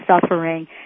suffering